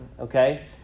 okay